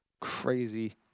Crazy